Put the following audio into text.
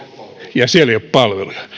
ja siellä ei ole palveluja